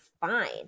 fine